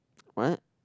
what